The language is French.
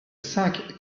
cinq